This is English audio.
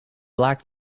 black